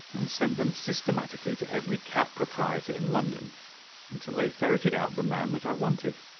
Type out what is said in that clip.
and sent them systematically to every cab proprietor in london until they ferreted out the man that i wanted.